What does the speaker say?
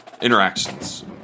interactions